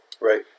Right